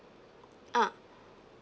ah